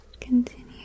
continue